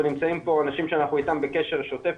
ונמצאים פה אנשים שאנחנו איתם בקשר שוטף.